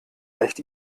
leicht